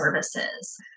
services